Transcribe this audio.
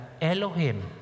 Elohim